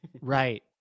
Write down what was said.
Right